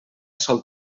sol